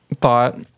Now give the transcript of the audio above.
thought